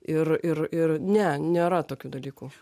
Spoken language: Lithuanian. ir ir ir ne nėra tokių dalykų